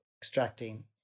extracting